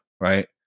right